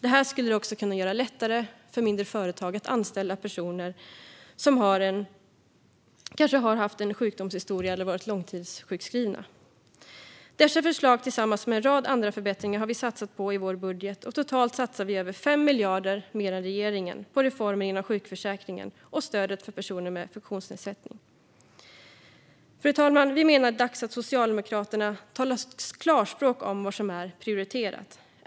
Det skulle också kunna göra det lättare för mindre företag att anställa personer som har en sjukdomshistoria eller som varit långtidssjukskrivna. Dessa förslag tillsammans med en rad andra förbättringar har vi satsat på i vår budget. Totalt satsar vi över 5 miljarder mer än regeringen på reformer inom sjukförsäkringen och på stödet för personer med funktionsnedsättning. Fru talman! Vi menar att det är dags att Socialdemokraterna talar klarspråk om vad som är prioriterat.